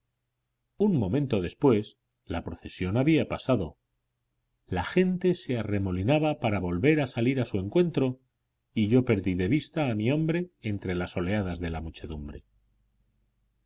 un momento después la procesión había pasado la gente se arremolinaba para volver a salir a su encuentro y yo perdí de vista a mi hombre entre las oleadas de la muchedumbre